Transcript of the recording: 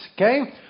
Okay